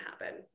happen